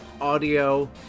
audio